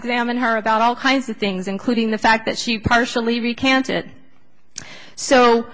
examine her about all kinds of things including the fact that she partially recanted so